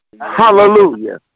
Hallelujah